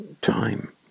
time